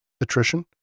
attrition